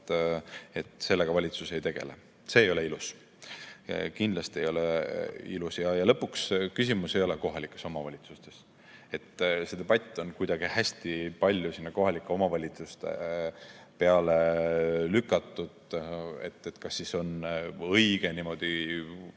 Sellega valitsus ei tegele. See ei ole ilus. Kindlasti ei ole ilus! Lõpuks küsimus ei ole kohalikes omavalitsustes. See debatt on kuidagi hästi palju kohalike omavalitsuste peale lükatud. Kas on õige niimoodi